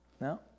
No